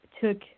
took